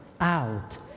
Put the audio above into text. out